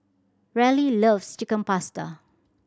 Raleigh loves Chicken Pasta